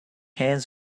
hands